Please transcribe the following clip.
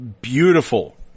beautiful